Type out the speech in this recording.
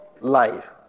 life